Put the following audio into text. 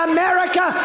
America